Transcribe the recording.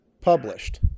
published